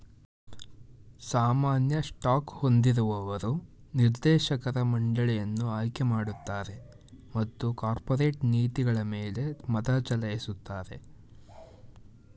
ಸಾಮಾನ್ಯ ಸ್ಟಾಕ್ ಹೊಂದಿರುವವರು ನಿರ್ದೇಶಕರ ಮಂಡಳಿಯನ್ನ ಆಯ್ಕೆಮಾಡುತ್ತಾರೆ ಮತ್ತು ಕಾರ್ಪೊರೇಟ್ ನೀತಿಗಳಮೇಲೆ ಮತಚಲಾಯಿಸುತ್ತಾರೆ